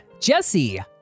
Jesse